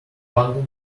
funded